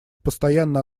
постоянно